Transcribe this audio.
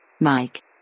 Mike